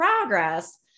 progress